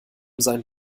sein